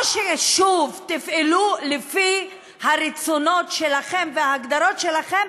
או ששוב תפעלו לפי הרצונות שלכם וההגדרות שלכם